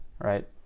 right